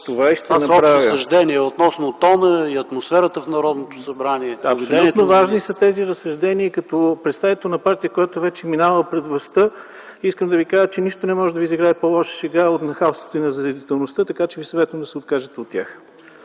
Това са общи съждения относно тона и атмосферата в Народното събрание. АНТОН КУТЕВ: Абсолютно важни са тези разсъждения. Като представител на партия, която вече минава пред властта, искам да кажа, че нищо не може да ви изиграе по-лоша шега от нахалството и назидателността, така че Ви съветвам да се откажете от тях.